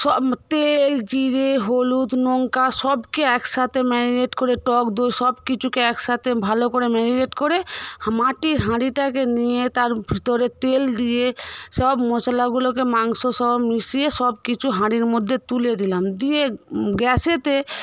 সব তেল জিরে হলুদ লঙ্কা সব কে একসাথে ম্যারিনেট করে টক দই সবকিছুকে এক সাথে ভালো করে ম্যারিনেট করে মাটির হাঁড়িটাকে নিয়ে তার ভিতরে তেল দিয়ে সব মশলাগুলোকে মাংস সহ মিশিয়ে সবকিছু হাঁড়ির মধ্যে তুলে দিলাম দিয়ে গ্যাসে